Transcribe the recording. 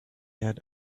had